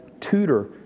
tutor